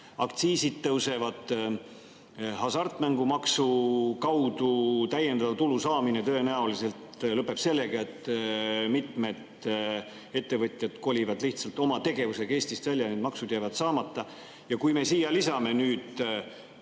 Aktsiisid tõusevad. Hasartmängumaksu kaudu täiendava tulu saamine tõenäoliselt lõpeb sellega, et mitmed ettevõtjad kolivad lihtsalt oma tegevusega Eestist välja ja need maksud jäävad saamata. Kui me siia lisame nüüd